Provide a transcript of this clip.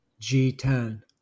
G10